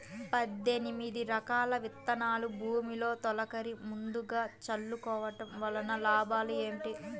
పద్దెనిమిది రకాల విత్తనాలు భూమిలో తొలకరి ముందుగా చల్లుకోవటం వలన లాభాలు ఏమిటి?